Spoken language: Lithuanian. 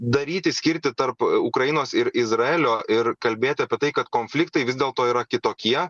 daryti skirtį tarp ukrainos ir izraelio ir kalbėti apie tai kad konfliktai vis dėl to yra kitokie